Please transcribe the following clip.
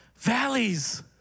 Valleys